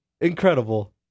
Incredible